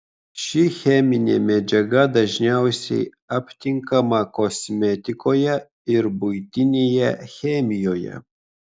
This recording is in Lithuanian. ši cheminė medžiaga dažniausiai aptinkama kosmetikoje ir buitinėje chemijoje